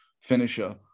finisher